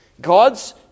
God's